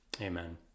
Amen